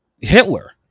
hitler